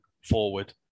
forward